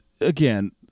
again